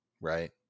Right